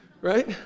right